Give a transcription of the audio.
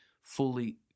fully